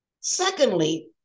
Secondly